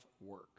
Work